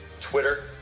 Twitter